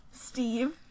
Steve